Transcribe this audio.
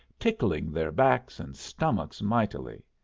tickling their backs and stomachs mightily.